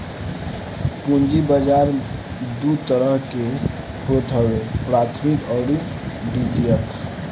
पूंजी बाजार दू तरह के होत हवे प्राथमिक अउरी द्वितीयक